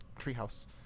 treehouse